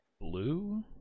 blue